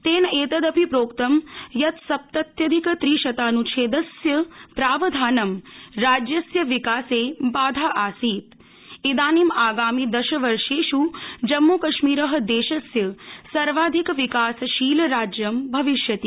तेन एतदपि प्रोक्तम् यत् सप्तत्यधिकत्रिशतन्च्छेदस्य प्रावधानं राज्यस्य विकासे बाधा आसीत् इदानीं आगामि दशवर्षेष् जम्मू कश्मीर देशस्य सर्वाधिक विकासशीलराज्यं भविष्यति